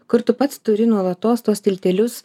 kur tu pats turi nuolatos tuos tiltelius